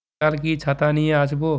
আগামীকাল কি ছাতা নিয়ে আসব